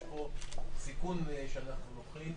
יש פה סיכון שאנחנו לוקחים.